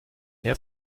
herr